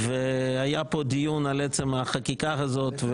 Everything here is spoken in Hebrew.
היה פה דיון על עצם החקיקה הזאת,